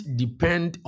depend